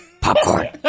Popcorn